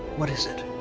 what is it?